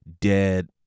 dead